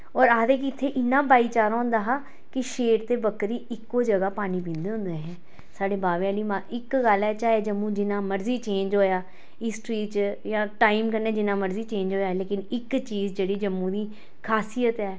और आखदे कि इत्थे इन्ना भाईचारा होंदा हा कि शेर ते बकरी इक्को जगाह् पानी पींदे होंदे हे साढ़े बावे आह्ली मां इक गल्ल ऐ चाहे जम्मू जिन्ना मर्जी चेंज होया हिस्ट्री च यां टाइम कन्नै जिन्ना मर्जी चेंज होया लेकिन इक चीज जेह्ड़ी जम्मू दी खासियत ऐ